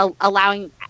allowing